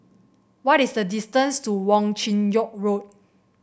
what is the distance to Wong Chin Yoke Road